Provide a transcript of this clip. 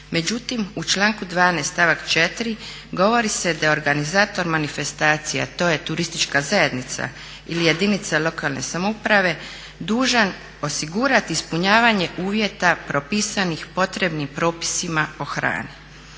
Međutim, u članku 12. stavak 4. govori se da organizator manifestacija a to je turistička zajednica ili jedinica lokalne samouprave dužan osigurati ispunjavanje uvjete propisanih potrebnim propisima o hrani.